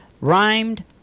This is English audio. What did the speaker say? rhymed